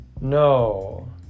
No